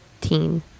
teen